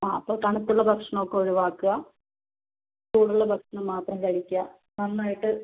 അ അതോ തണുപ്പുള്ള ഭക്ഷണം ഒക്കെ ഒഴിവാക്കുക ചൂടുള്ള ഭക്ഷണം മാത്രം കഴിക്കുക നന്നായിട്ട്